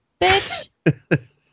bitch